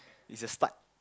is a start